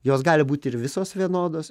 jos gali būt ir visos vienodos